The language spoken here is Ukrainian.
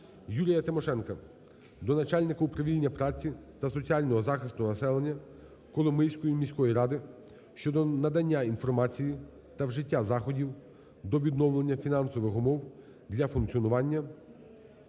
Юрія Тимошенка до начальника управління праці та соціального захисту населення Коломийської міської ради щодо надання інформації та вжиття заходів до відновлення фінансових умов для функціонування